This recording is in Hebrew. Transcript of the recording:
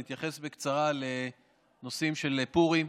אני אתייחס בקצרה לנושאים של פורים.